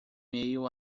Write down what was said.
meio